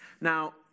Now